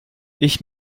ich